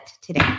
today